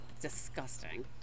Disgusting